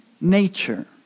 nature